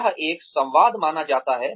यह एक संवाद माना जाता है